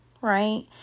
right